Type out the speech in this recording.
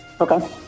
Okay